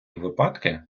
випадки